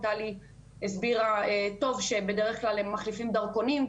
טלי הסבירה שבדרך כלל הם מחליפים דרכונים,